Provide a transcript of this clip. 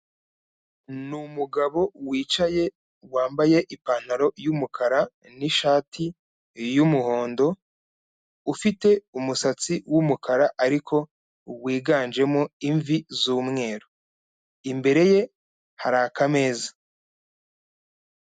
Ni umugabo wicaye wambaye ipantaro y'umukara n'ishati y'umuhondo, ufite umusatsi w'umukara, ariko wiganjemo imvi z'umweru, imbere ye hari akameza.